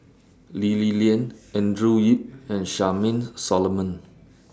Lee Li Lian Andrew Yip and Charmaine Solomon